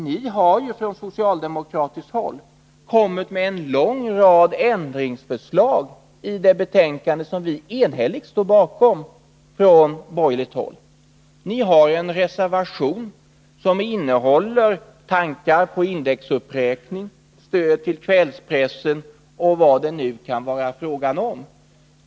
Ni har ju från socialdemokratiskt håll kommit med en lång rad ändringsförslag i det betänkande som vi enhälligt står bakom på borgerligt håll. Ni har en reservation som innehåller tankar på indexuppräkning, stöd till kvällspressen, och vad det nu kan vara fråga om.